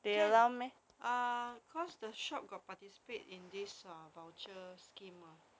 can ah cause the shop got participate in this voucher scheme mah